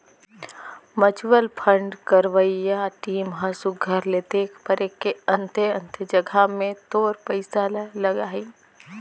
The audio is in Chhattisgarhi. म्युचुअल फंड करवइया टीम ह सुग्घर ले देख परेख के अन्ते अन्ते जगहा में तोर पइसा ल लगाहीं